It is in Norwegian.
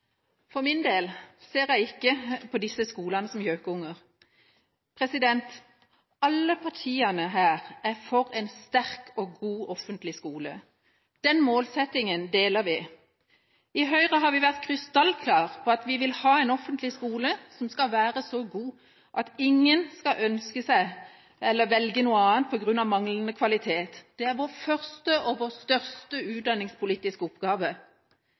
For min del ser jeg ikke på disse skolene som gjøkunger. Alle partiene her er for en sterk og god offentlig skole. Den målsettinga deler vi. I Høyre har vi vært krystallklare på at vi vil ha en offentlig skole som skal være så god at ingen skal ønske seg eller velge noe annet på grunn av manglende kvalitet. Det er vår første og største utdanningspolitiske oppgave.